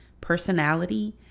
personality